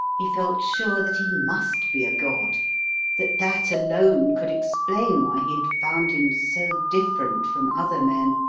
he felt sure that he must be a god that that alone could explain why he had found him so different from other men,